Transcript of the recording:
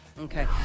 Okay